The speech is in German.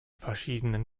verschiedenen